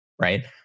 Right